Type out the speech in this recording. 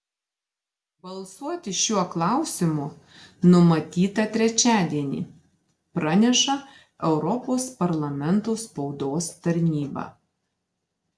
balsuoti šiuo klausimu numatyta trečiadienį praneša europos parlamento spaudos tarnyba